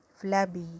flabby